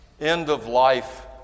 end-of-life